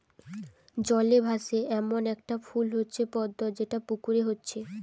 জলে ভাসে এ্যামন একটা ফুল হচ্ছে পদ্ম যেটা পুকুরে হচ্ছে